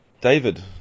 David